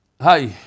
Hi